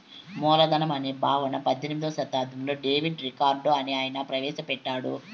మూలధనం అనే భావన పద్దెనిమిదో శతాబ్దంలో డేవిడ్ రికార్డో అనే ఆయన ప్రవేశ పెట్టాడు